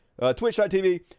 twitch.tv